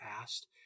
asked